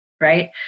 right